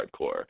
Hardcore